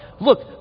Look